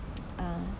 uh